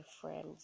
friends